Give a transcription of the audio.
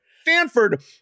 Stanford